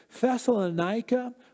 Thessalonica